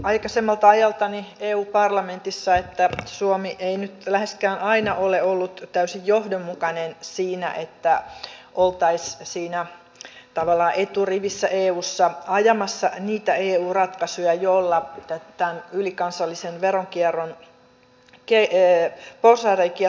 tiedän aikaisemmalta ajaltani eu parlamentissa että suomi ei nyt läheskään aina ole ollut täysin johdonmukainen siinä että oltaisiin siinä tavallaan eturivissä eussa ajamassa niitä eu ratkaisuja joilla tämän ylikansallisen veronkierron porsaanreikiä tukitaan